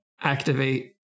activate